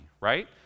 right